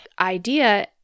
idea